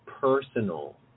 personal